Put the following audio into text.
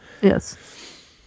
Yes